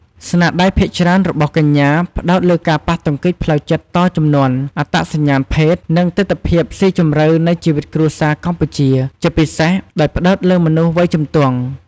ស្នាដៃភាគច្រើនរបស់កញ្ញាផ្ដោតលើការប៉ះទង្គិចផ្លូវចិត្តតជំនាន់ អត្តសញ្ញាណភេទ និងទិដ្ឋភាពស៊ីជម្រៅនៃជីវិតគ្រួសារកម្ពុជា ជាពិសេសដោយផ្ដោតលើមនុស្សវ័យជំទង់។